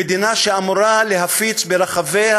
במדינה שאמורה להפיץ ברחביה